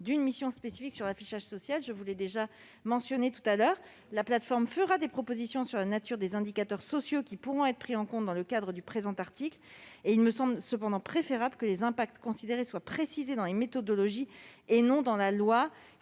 d'une mission spécifique sur l'affichage social ; je l'ai mentionné tout à l'heure. Cette plateforme fera des propositions sur la nature des indicateurs sociaux qui pourront être pris en compte dans le cadre du présent article. Il me semble toutefois préférable que les impacts considérés soient précisés dans les méthodologies et non dans la loi,